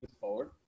forward